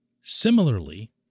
Similarly